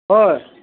হয়